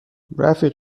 رفیق